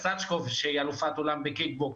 ואצלנו יוליה סצ'קוב שהיא אלופת עולם בקיקבוקס,